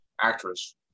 actress